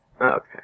Okay